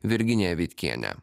virginija vitkienė